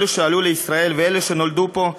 אלו שעלו לישראל ואלו שנולדו פה,